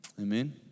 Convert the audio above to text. Amen